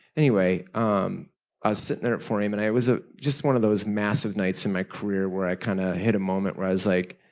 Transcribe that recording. anyway, um i was sitting there at four a m. and i was ah just one of those massive nights in my career where i kind of hit a moment where i was like,